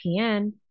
pn